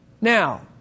Now